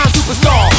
Superstar